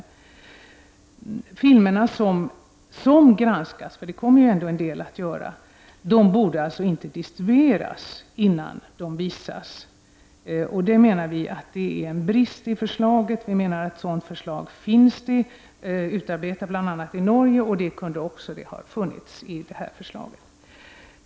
De filmer som granskas borde inte distribueras innan de visas. Enligt vår åsikt finns det här en brist i förslaget. Ett förslag finns utarbetat i bl.a. Norge, så det kunde ha funnits med någonting också i vårt förslag.